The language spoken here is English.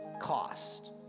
cost